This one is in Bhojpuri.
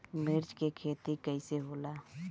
मिर्च के खेती कईसे होला?